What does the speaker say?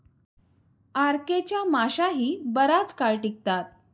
RK च्या माश्याही बराच काळ टिकतात